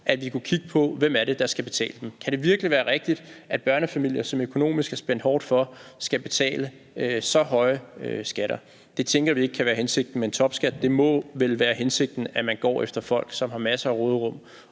at vi kunne kigge på, hvem det er, der skal betale dem. Kan det virkelig være rigtigt, at børnefamilier, som økonomisk er spændt hårdt for, skal betale så høje skatter? Det tænker vi ikke kan være hensigten med en topskat. Det må vel være hensigten, at man går efter folk, som har masser af råderum